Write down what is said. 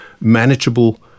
manageable